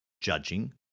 judging